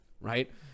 right